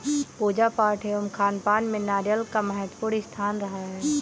पूजा पाठ एवं खानपान में नारियल का महत्वपूर्ण स्थान रहा है